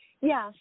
Yes